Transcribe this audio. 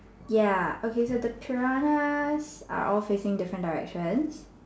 ya okay so the piranhas are all facing different directions